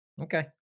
Okay